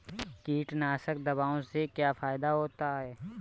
कीटनाशक दवाओं से क्या फायदा होता है?